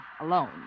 alone